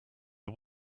are